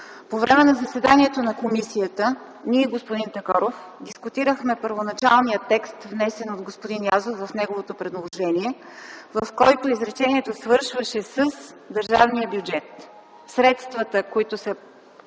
По време на заседанието на комисията ние, господин Такоров, дискутирахме първоначалния текст, внесен от господин Язов в неговото предложение, в който изречението свършваше с „държавния бюджет”. Когато няма